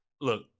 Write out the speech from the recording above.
Look